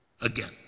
again